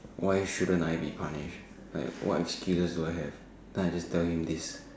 why shouldn't I be punished like what excuses do I have then I just tell him this